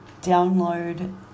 download